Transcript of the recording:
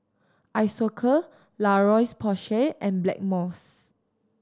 Isocal La Roche Porsay and Blackmores